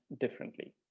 differently